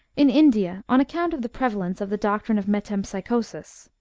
in india, on account of the prevalence of the doctrine of metempsychosis,